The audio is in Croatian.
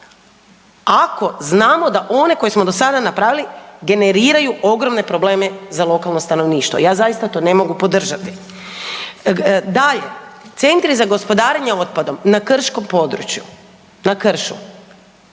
ako znamo da one koje smo do sada napravili generiraju ogromne probleme za lokalno stanovništvo, ja zaista to ne mogu podržati. Dalje, centri za gospodarenje otpadom na krškom području, na kršu,